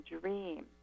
dream